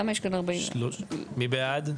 מי נגד?